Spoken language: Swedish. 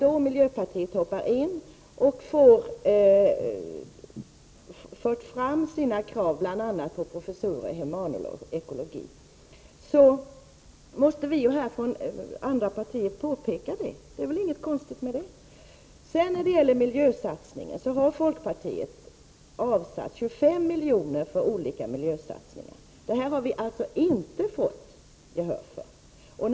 När miljöpartiet då hoppar in och för fram sina krav bl.a. på professurer i humanekologi måste vi från andra håll påpeka detta — det är väl inget konstigt med det. När det gäller miljösatsningen vill jag säga att folkpartiet har avsatt 25 miljoner för olika miljösatsningar. Det har vi inte fått gehör för.